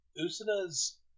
usina's